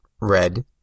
red